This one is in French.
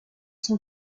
sont